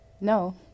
No